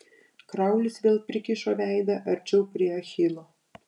kraulis vėl prikišo veidą arčiau prie achilo